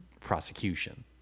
prosecution